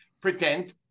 pretend